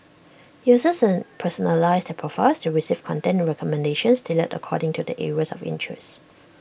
users personalise their profiles to receive content recommendations tailored according to their areas of interest